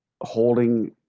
holding